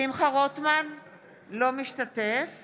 אינו משתתף